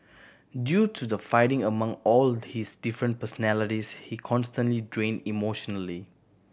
due to the fighting among all his different personalities he constantly drained emotionally